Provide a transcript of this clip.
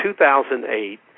2008